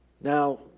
Now